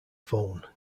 phone